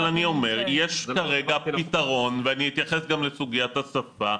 אבל אני אומר שיש כרגע פתרון ואני אתייחס גם לסוגיית השפה.